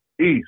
East